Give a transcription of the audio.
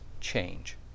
change